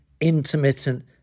intermittent